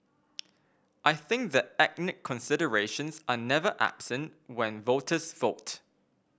I think that ethnic considerations are never absent when voters vote